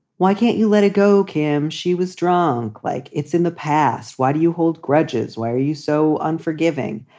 why can't you let it go, kim? she was drunk like it's in the past. why do you hold grudges? why are you so unforgiving?